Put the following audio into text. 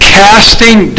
casting